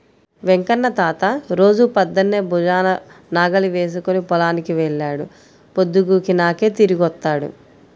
వెంకన్న తాత రోజూ పొద్దన్నే భుజాన నాగలి వేసుకుని పొలానికి వెళ్తాడు, పొద్దుగూకినాకే తిరిగొత్తాడు